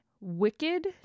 wicked